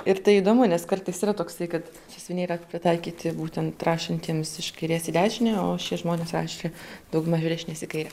ir tai įdomu nes kartais yra toksai kad sąsiuviniai yra pritaikyti būtent rašantiems iš kairės į dešinę o šie žmonės rašė dauguma iš dešinės į kairę